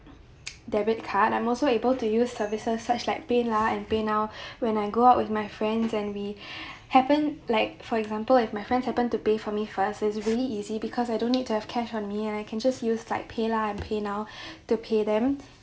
debit card I'm also able to use services such like PayLah and PayNow when I go out with my friends and we happened like for example if my friends happened to pay for me first it's really easy because I don't need to have cash on me and I can just use like PayLah and PayNow to pay them